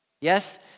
yes